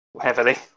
heavily